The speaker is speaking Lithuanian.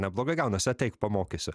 neblogai gaunas ateik pamokysiu